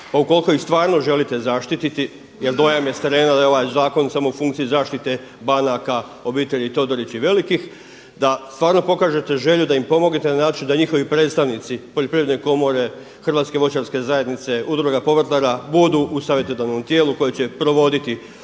pa ukoliko ih stvarno želite zaštititi jer dojam je sa terena da je ovaj zakon samo u funkciji zaštite banaka, obitelji Todorić i velikih, da stvarno pokažete želju da im pomognete na način da njihovi predstavnici Poljoprivredne komore, Hrvatske voćarske zajednice, Udruga povrtlara budu u savjetodavnom tijelu koja će provoditi ovaj